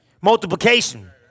Multiplication